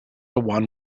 one